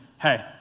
hey